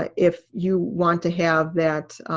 ah if you want to have that